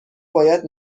باید